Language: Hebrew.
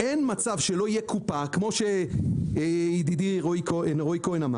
אין מצב שלא תהיה קופה כפי שאמר ידידי רועי כהן,